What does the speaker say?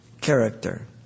character